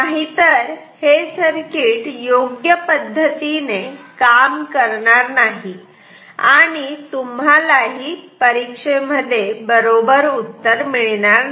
नाहीतर हे सर्किट योग्य पद्धतीने काम करणार नाही आणि तुम्हालाही परीक्षेमध्ये बरोबर उत्तर मिळणार नाही